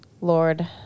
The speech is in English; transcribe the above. Lord